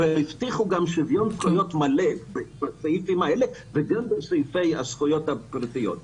הם גם הבטיחו שוויון זכויות מלא בסעיפים האלה ובסעיפי הזכויות הפרטיות.